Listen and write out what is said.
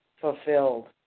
fulfilled